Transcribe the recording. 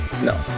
no